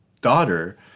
daughter